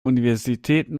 universitäten